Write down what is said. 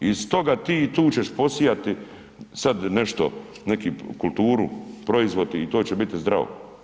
I stoga ti tu ćeš posijati sad nešto, neki kulturu, proizvod i to će biti zdravo.